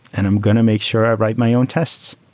and i'm going to make sure i write my own tests.